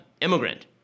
Immigrant